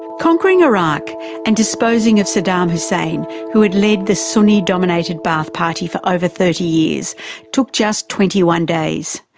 conquering iraq and deposing of saddam hussein who had led the sunni dominated ba'ath party for over thirty years took just twenty one days,